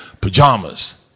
pajamas